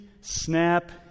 snap